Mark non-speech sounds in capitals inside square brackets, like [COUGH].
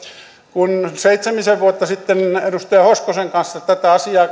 kun seitsemisen vuotta sitten edustaja hoskosen kanssa tätä asiaa [UNINTELLIGIBLE]